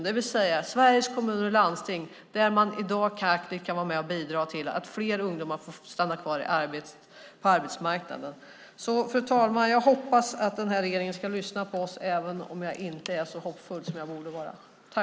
Det handlar om Sveriges kommuner och landsting, där man i dag aktivt kan vara med och bidra till att fler ungdomar kan stanna kvar på arbetsmarknaden. Fru talman! Jag hoppas att regeringen ska lyssna på oss, även om jag inte är så hoppfull som jag borde vara.